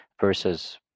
versus